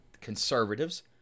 conservatives